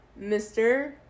Mr